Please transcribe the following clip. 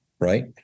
Right